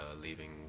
leaving